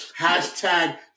Hashtag